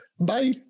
Bye